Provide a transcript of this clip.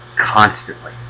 Constantly